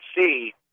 see